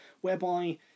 Whereby